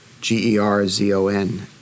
G-E-R-Z-O-N